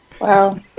Wow